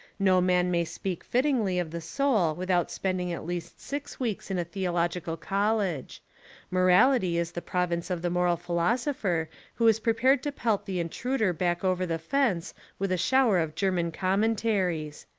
no man may speak fittingly of the soul without spending at least six weeks in a theological college morality is the province of the moral philosopher who is prepared to pelt the intruder back over the fence with a shower of german commentaries.